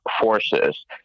forces